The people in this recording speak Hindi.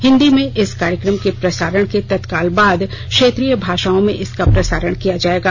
हिंदी में इस कार्यक्रम के प्रसारण के तत्काल बाद क्षेत्रीय भाषाओं में इसका प्रसारण किया जाएगा